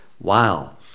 Wow